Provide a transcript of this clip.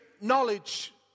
knowledge